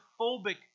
claustrophobic